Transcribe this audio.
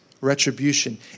retribution